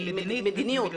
היא מדיניות.